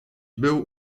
był